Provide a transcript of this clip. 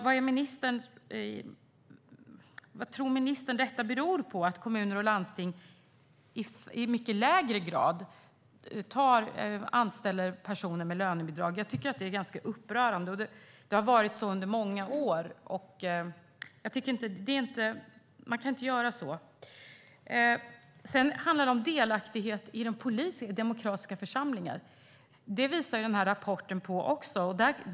Vad tror ministern att det beror på att kommuner och landsting anställer personer med lönebidrag i mycket mindre utsträckning? Det är ganska upprörande. Det har varit så under många år. Man kan inte göra på det sättet. Det här handlar också om delaktighet i demokratiska församlingar. Den här rapporten handlar om det också.